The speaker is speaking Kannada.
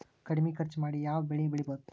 ಕಡಮಿ ಖರ್ಚ ಮಾಡಿ ಯಾವ್ ಬೆಳಿ ಬೆಳಿಬೋದ್?